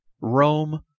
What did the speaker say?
Rome